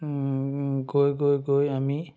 গৈ গৈ গৈ আমি